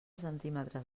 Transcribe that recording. centímetres